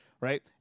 right